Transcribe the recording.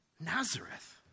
Nazareth